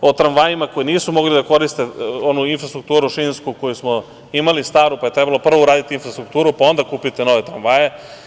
O tramvajima koji nisu mogli da koriste onu šinsku infrastrukturu, imali staru, pa je prvo trebalo uraditi infrastrukturu pa onda kupiti nove tramvaje.